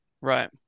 Right